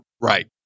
Right